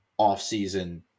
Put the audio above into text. offseason